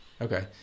Okay